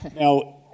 Now